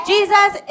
Jesus